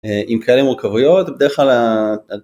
אה... עם כאלה מורכבויות, בדרך כלל ה... ה...